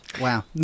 Wow